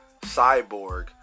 Cyborg